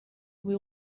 بوی